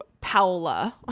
Paola